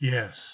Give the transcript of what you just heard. Yes